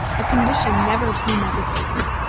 a condition never premeditated.